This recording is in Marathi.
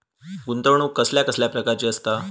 गुंतवणूक कसल्या कसल्या प्रकाराची असता?